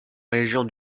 région